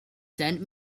sent